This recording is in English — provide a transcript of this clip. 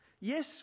Yes